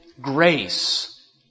grace